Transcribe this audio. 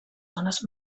zones